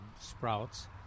sprouts